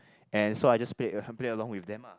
and so I just played played along with them ah